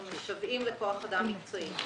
אנחנו משוועים לכוח אדם מקצועי.